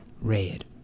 red